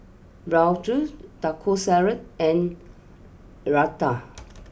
Bratwurst Taco Salad and Raita